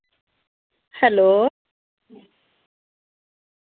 hello